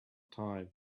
time